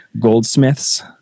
goldsmiths